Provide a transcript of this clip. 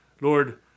Lord